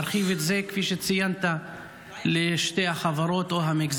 יש לי גנים של צפון אפריקה, קצת עולה להם יותר.